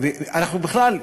ובכלל,